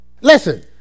Listen